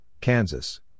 Kansas